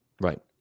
Right